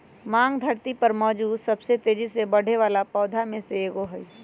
भांग धरती पर मौजूद सबसे तेजी से बढ़ेवाला पौधा में से एगो हई